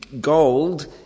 gold